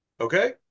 Okay